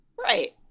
Right